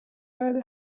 بعد